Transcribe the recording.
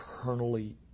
eternally